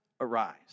arise